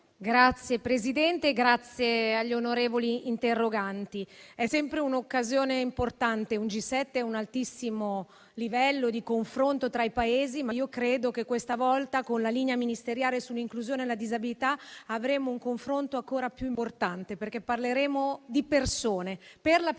Signor Presidente, ringrazio gli onorevoli interroganti. Un G7 è sempre un'occasione importante e un altissimo livello di confronto tra i Paesi, ma credo che questa volta, con la linea ministeriale sull'inclusione e la disabilità, avremo un confronto ancora più importante perché parleremo di persone.